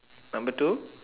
number two